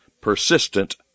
persistent